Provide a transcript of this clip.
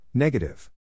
Negative